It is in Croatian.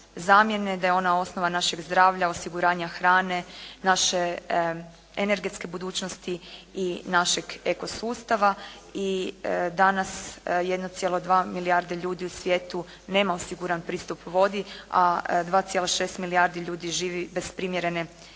da je ona osnova našeg zdravlja, osiguranja hrane, naše energetske budućnosti i našeg eko sustava i danas 1,2 milijarde ljudi u svijetu nema osiguran pristup vodi, a 2,6 milijardi ljudi živi bez primjerene